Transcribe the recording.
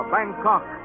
Bangkok